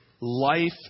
life